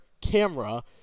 camera